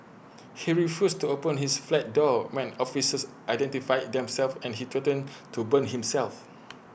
he refused to open his flat door when officers identified themselves and he threatened to burn himself